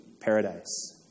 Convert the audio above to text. paradise